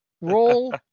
Roll